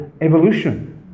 evolution